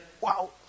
wow